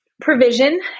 provision